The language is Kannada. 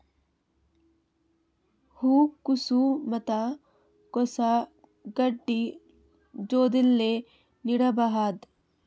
ಹೂ ಕೊಸು ಮತ್ ಕೊಸ ಗಡ್ಡಿ ಜೋಡಿಲ್ಲೆ ನೇಡಬಹ್ದ?